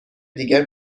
دیگر